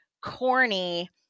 corny